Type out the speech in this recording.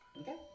Okay